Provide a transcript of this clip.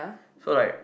so like